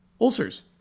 ulcers